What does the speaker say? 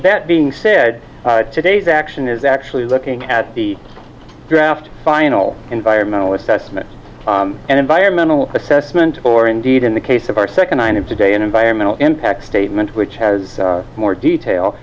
that being said today's action is actually looking at the draft final environmental assessment and environmental assessment or indeed in the case of our second item today an environmental impact statement which has more detail